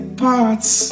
parts